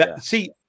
see –